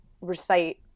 recite